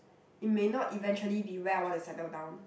it may not eventually be where I want to settle down